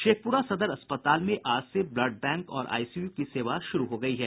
शेखप्रा सदर अस्पताल में आज से ब्लड बैंक और आईसीयू की सेवा शुरू हो गयी है